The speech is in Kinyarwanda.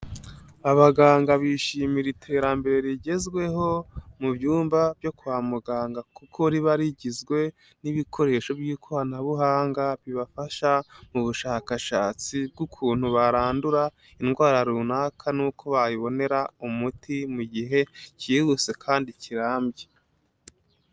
Abaganga bishimira iterambere rigezweho mu byumba byo kwa muganga, kuko riba rigizwe n'ibikoresho by'ikoranabuhanga bibafasha mu bushakashatsi bw'ukuntu barandura indwara runaka n'uko bayibonera umuti mu gihe kihuse kandi kirambye.